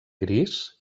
gris